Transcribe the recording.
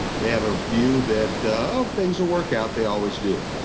they have a view that, oh things will work out, they always do.